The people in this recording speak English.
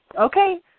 Okay